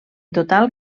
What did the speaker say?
total